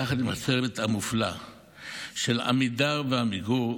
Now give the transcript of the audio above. יחד עם הצוות המופלא של עמידר ועמיגור,